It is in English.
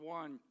one